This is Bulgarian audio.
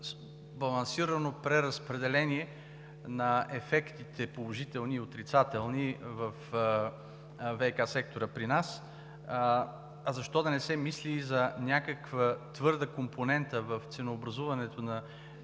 балансирано преразпределение на ефектите – положителни и отрицателни, във ВиК сектора при нас? А защо да не се мисли и за някаква твърда компонента в ценообразуването на